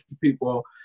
people